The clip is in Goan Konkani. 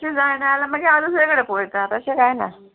तशें जायना जाल्यार मागीर हांव दुसरे कडे पोयता तशें कांय ना